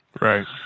Right